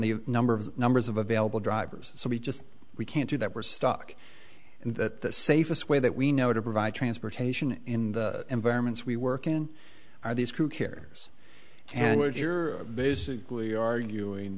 the number of numbers of available drivers so we just we can't do that we're stuck in that the safest way that we know to provide transportation in the environments we work in are these crew cares and which you're basically arguing